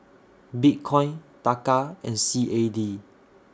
Bitcoin Taka and C A D